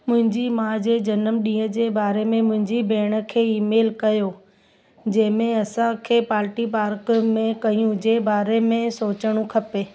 मुंहिंजी माउ जे जनमु ॾींहं जे बारे में मुंहिंजी भेण खे ईमेल कयो जंहिं में असांखे पार्टी पार्क में कई हुजे बारे में सोचणु खपे